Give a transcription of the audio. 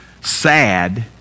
sad